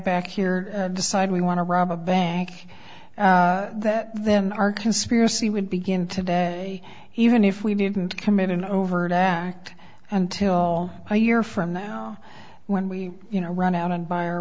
back here decide we want to rob a bank that then our conspiracy would begin today even if we didn't commit an overt act until a year from now when we you know run out and buy our